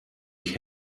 ich